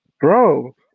Bro